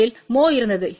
அதில் mho இருந்தது